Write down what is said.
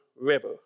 River